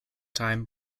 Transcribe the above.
time